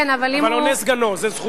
כן, אבל אם הוא, אבל עונה סגנו, זו זכותו.